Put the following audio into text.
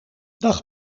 dag